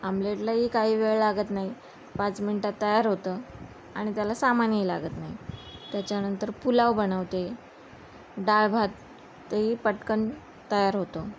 आमलेटलाही काही वेळ लागत नाही पाच मिनटात तयार होतं आणि त्याला सामानही लागत नाही त्याच्यानंतर पुलाव बनवते डाळ भात ते पटकन तयार होतं